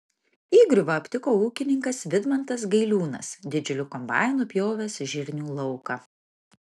įgriuvą aptiko ūkininkas vidmantas gailiūnas didžiuliu kombainu pjovęs žirnių lauką